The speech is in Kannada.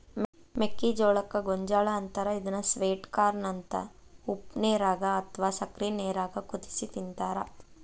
ಮೆಕ್ಕಿಜೋಳಕ್ಕ ಗೋಂಜಾಳ ಅಂತಾರ ಇದನ್ನ ಸ್ವೇಟ್ ಕಾರ್ನ ಅಂತ ಉಪ್ಪನೇರಾಗ ಅತ್ವಾ ಸಕ್ಕರಿ ನೇರಾಗ ಕುದಿಸಿ ತಿಂತಾರ